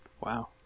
Wow